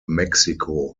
mexico